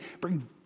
bring